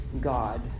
God